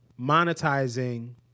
monetizing